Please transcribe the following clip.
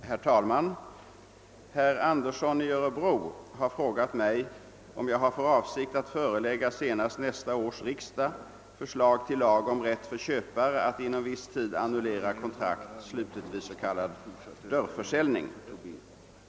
Herr talman! Herr Andersson i öÖrebro har frågat mig om jag har för avsikt att förelägga senast nästa års riksdag förslag till lag om rätt för köpare att inom viss tid annullera kontrakt, slutet vid s.k. dörrförsäljning.